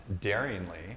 daringly